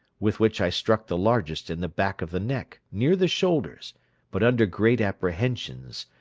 with which i struck the largest in the back of the neck, near the shoulders but under great apprehensions,